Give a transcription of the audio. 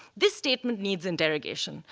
this statement needs interrogation.